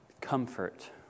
Comfort